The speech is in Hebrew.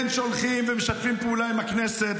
אתה בושה --- כן שולחים ומשתפים פעולה עם הכנסת,